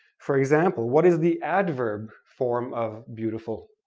for example, what is the adverb form of beautiful?